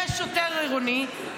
יש שוטר עירוני,